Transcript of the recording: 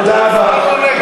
תודה רבה.